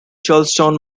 charlestown